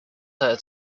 her